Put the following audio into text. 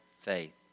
faith